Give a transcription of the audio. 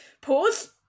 pause